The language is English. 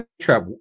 trap